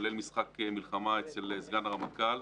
כולל משחק מלחמה אצל סגן הרמטכ"ל,